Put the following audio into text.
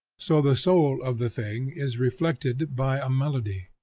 so the soul of the thing is reflected by a melody.